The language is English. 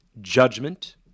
judgment